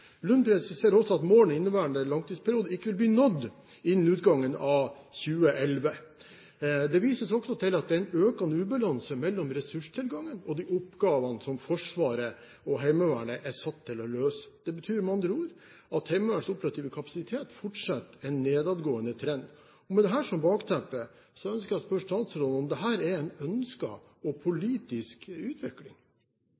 også at målene for inneværende langtidsperiode ikke vil bli nådd innen utgangen av 2011. Det vises også til at det er en økende ubalanse mellom ressurstilgangen og de oppgavene som Forsvaret og Heimevernet er satt til å løse. Det betyr med andre ord at Heimevernets operative kapasitet fortsetter en nedadgående trend. Med dette som bakteppe ønsker jeg å spørre statsråden om dette er en ønsket og